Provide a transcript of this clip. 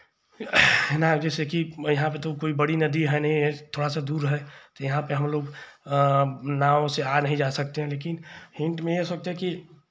है ना जैसे कि यहाँ पे तो कोइ बड़ी नदी है नहीं थोड़ा सा दूर है तो यहाँ पे हमलोग नाव से आ नहीं जा सकते हैं लेकिन हिंट में यह सोचते हैं कि